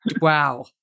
wow